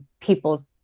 people